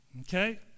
Okay